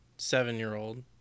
seven-year-old